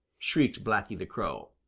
shrieked blacky the crow.